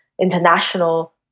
international